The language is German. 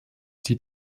die